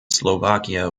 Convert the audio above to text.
slovakia